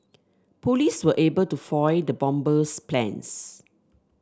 police were able to foil the bomber's plans